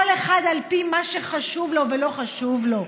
כל אחד על פי מה שחשוב לו ולא חשוב לו,